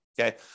okay